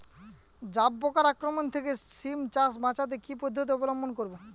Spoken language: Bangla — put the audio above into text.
জাব পোকার আক্রমণ থেকে সিম চাষ বাচাতে কি পদ্ধতি অবলম্বন করব?